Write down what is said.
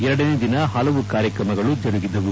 ಎರಡನೇ ದಿನ ಹಲವು ಕಾರ್ಯಕ್ರಮಗಳು ಜರುಗಿದವು